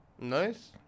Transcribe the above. Nice